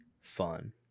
fun